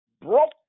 broke